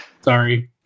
Sorry